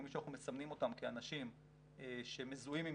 מי שאנחנו מסמנים אותם כאנשים שמזוהים עם